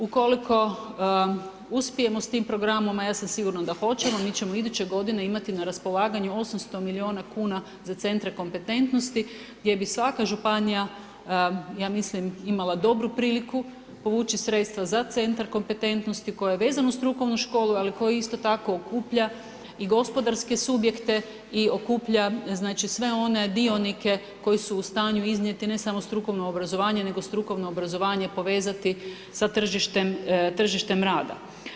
Ukoliko uspijemo s tim programom, a ja sam sigurna da hoćemo mi ćemo iduće godine imati na raspolaganju 800 milijuna kuna za centre kompetentnosti gdje bi svaka županija ja mislim imala dobru priliku povući sredstva za centar kompetentnosti koji je vezan uz strukovnu školu, ali koji isto tako okuplja i gospodarske subjekte i okuplja, znači sve one dionike koji su u stanju iznijeti ne samo strukovno obrazovanje, nego strukovno obrazovanje povezati sa tržištem rada.